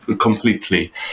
completely